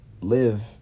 live